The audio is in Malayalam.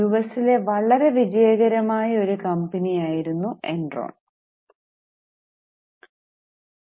യു എസ് ലെ വളരെ വിജയകരമായ ഒരു കമ്പനി ആയിരുന്നു അത്